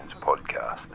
podcast